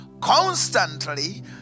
constantly